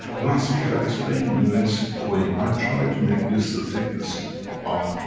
last week i explained in a very simple way. i tried to make this the thickness of,